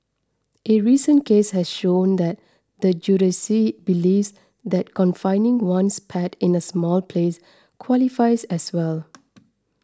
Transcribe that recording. a recent case has shown that the judiciary believes that confining one's pet in a small place qualifies as well